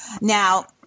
Now –